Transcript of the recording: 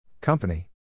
Company